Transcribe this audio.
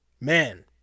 man